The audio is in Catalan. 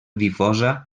difosa